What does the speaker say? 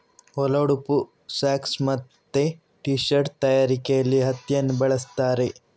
ಒಳ ಉಡುಪು, ಸಾಕ್ಸ್ ಮತ್ತೆ ಟೀ ಶರ್ಟ್ ತಯಾರಿಕೆಯಲ್ಲಿ ಹತ್ತಿಯನ್ನ ಬಳಸ್ತಾರೆ